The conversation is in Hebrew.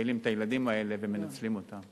שמפעילים את הילדים האלה ומנצלים אותם,